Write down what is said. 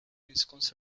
ensconce